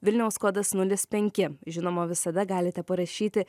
vilniaus kodas nulis penki žinoma visada galite parašyti